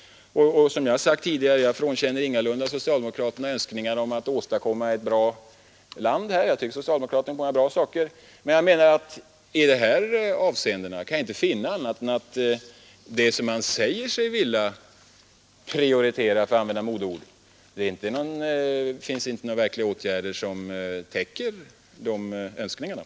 Som jag har sagt tidigare, frånkänner jag ingalunda socialdemokraterna önskningar om att bygga ett bra land, Jag tycker att socialdemokraterna kommer med många bra förslag, men i de här avseendena kan jag inte finna annat än att det man säger sig vilja prioritera — för att använda ett modeord — saknas det täckning för i fråga om verkliga åtgärder.